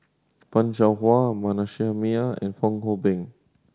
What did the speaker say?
Fan Shao Hua Manasseh Meyer and Fong Hoe Beng